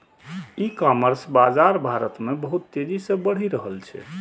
e commerce बाजार भारत मे बहुत तेजी से बढ़ि रहल छै